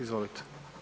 Izvolite.